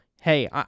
hey